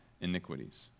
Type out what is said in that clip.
iniquities